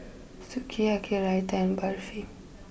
Sukiyaki Raita and Barfi